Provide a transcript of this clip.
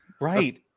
Right